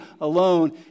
alone